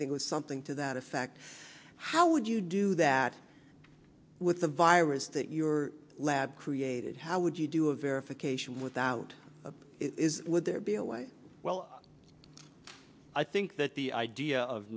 think was something to that effect how would you do that with the virus that your lab created how would you do a verification without would there be a way well i think that the idea of